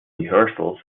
rehearsals